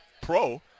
pro